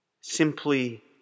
simply